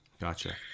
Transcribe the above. Gotcha